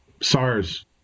SARS